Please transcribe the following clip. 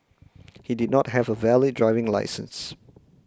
he did not have a valid driving licence